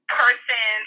person